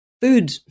food